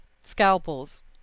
scalpels